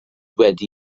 wedi